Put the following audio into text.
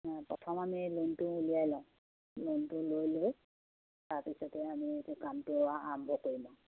প্ৰথম আমি লোনটো উলিয়াই লও লোনটো লৈ লৈ তাৰপিছতে আমি এতিয়া কামটো আৰম্ভ কৰি বাৰু